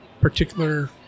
particular